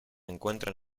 encuentran